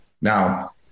Now